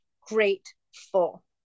grateful